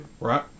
Right